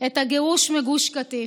את הגירוש מגוש קטיף.